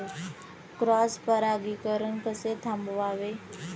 Cross परागीकरण कसे थांबवावे?